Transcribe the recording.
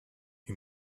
you